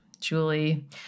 julie